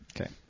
Okay